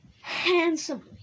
handsomely